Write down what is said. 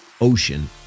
Ocean